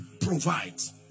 provides